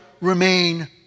remain